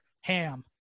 ham